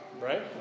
Right